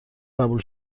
قبول